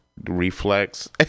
reflex